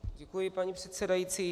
Děkuji, paní předsedající.